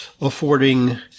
affording